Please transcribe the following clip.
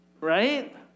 right